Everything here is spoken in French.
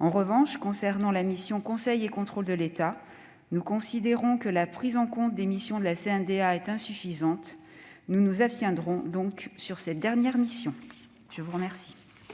En revanche, concernant la mission « Conseil et contrôle de l'État », nous considérons que la prise en compte des missions de la CNDA est insuffisante. Nous nous abstiendrons donc sur les crédits de cette dernière mission.